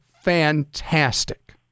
fantastic